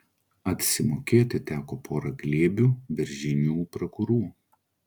atsimokėti teko pora glėbių beržinių prakurų